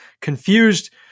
confused